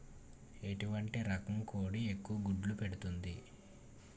ఎటువంటి రకం కోడి ఎక్కువ గుడ్లు పెడుతోంది?